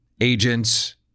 Agents